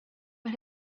but